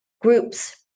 groups